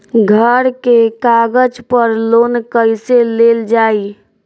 घर के कागज पर लोन कईसे लेल जाई?